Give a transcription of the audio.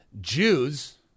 Jews